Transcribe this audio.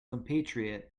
compatriot